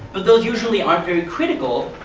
but those usually aren't very critical,